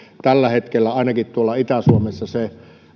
tällä hetkellä ainakin itä suomessa